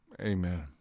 Amen